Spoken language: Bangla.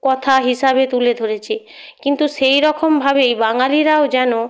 কথা হিসাবে তুলে ধরেছি কিন্তু সেইরখমভাবেই বাঙালিরাও যেন